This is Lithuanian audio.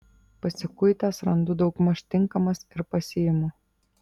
pasikuitęs randu daugmaž tinkamas ir pasiimu